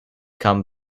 come